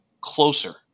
closer